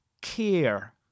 care